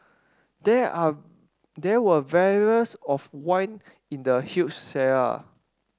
there are there were barrels of wine in the huge cellar